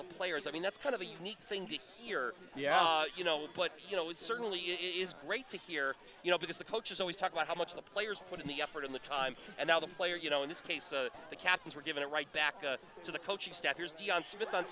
the players i mean that's kind of a unique thing to hear you know but you know it's certainly it is great to hear you know because the coaches always talk about how much the players put in the effort in the time and how the players you know in this case the captains were given it right back to the